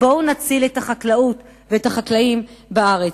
בואו נציל את החקלאות ואת החקלאים בארץ.